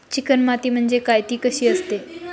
Chicken माती म्हणजे काय? ति कशी असते?